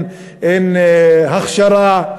אין הכשרה.